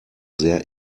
sehr